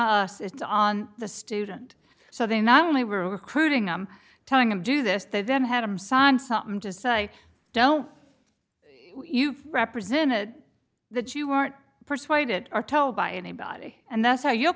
us it's on the student so they not only were recruiting i'm telling him do this they then had him sign something to say don't you represented that you weren't persuaded or told by anybody and that's how you